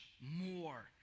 more